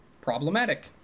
Problematic